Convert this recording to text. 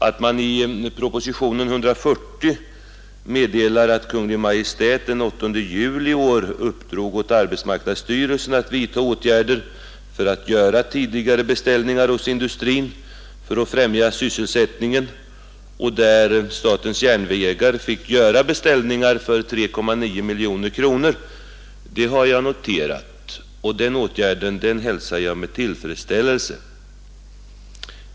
Att man i propositionen 140 meddelar att Kungl. Maj:t den 8 juli i år uppdrog åt arbetsmarknadsstyrelsen att vidta åtgärder för att göra tidigarebeställningar hos industrin i avsikt att främja sysselsättningen, varvid statens järnvägar fick göra beställningar för 3,9 miljoner kronor, har jag noterat, och jag hälsar det med tillfredsställelse.